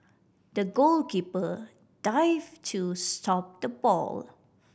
the goalkeeper dived to stop the ball